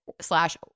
slash